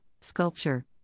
sculpture